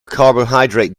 carbohydrate